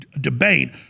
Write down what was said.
debate